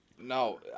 no